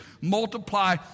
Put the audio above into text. Multiply